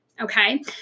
Okay